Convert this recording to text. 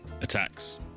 attacks